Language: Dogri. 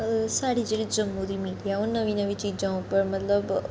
साढ़ी जेह्ड़ी जम्मू दी मीडिया ऐ ओह् नमीं नमीं चीजां उप्पर मतलब